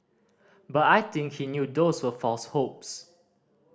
but I think he knew those were false hopes